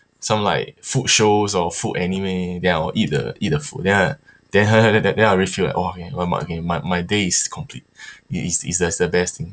food shows or food anime then I will eat the eat the food then I then then then I really feel like !wah! okay my my day is complete it it it's that's the best